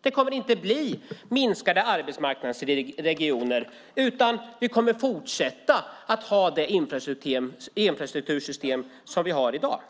Det kommer inte att bli minskade arbetsmarknadsregioner, utan vi kommer att fortsätta att ha det infrastruktursystem som vi har i dag.